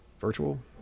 Virtual